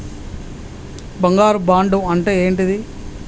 బంగారు బాండు అంటే ఏంటిది?